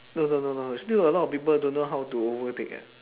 no no no no there's still a lot of people don't know how to overtake eh